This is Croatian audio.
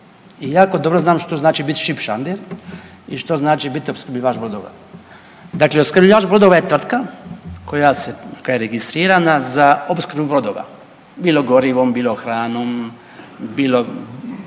i jako dobro znam što znači biti šipšander i što znači bit opskrbljivač brodova. Dakle, opskrbljivač brodova je tvrtka koja je registrirana za opskrbu brodova, bilo gorivom, bilo hranom, bilo